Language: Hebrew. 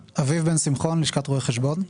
לשכת רואי חשבון.